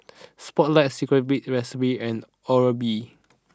Spotlight Secret B Recipe and Oral B